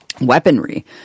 weaponry